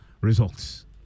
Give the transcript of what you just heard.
results